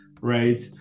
right